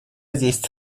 десять